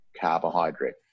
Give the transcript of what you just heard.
carbohydrate